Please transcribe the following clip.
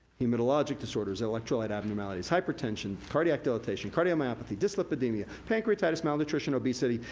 hematologic disorders, electrolyte abnormalities, hypertension, cardiac dilation, cardiomyopathy, dyslipidemia, pancreatitis, malnutrition, obesity,